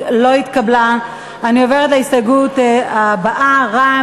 השכלה גבוהה (השכלה גבוהה,